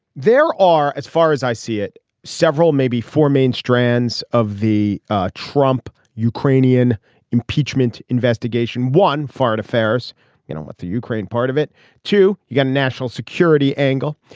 there are as far as i see it several maybe four main strands of the trump ukrainian impeachment investigation one foreign affairs you know what the ukraine part of it too. you got a national security angle.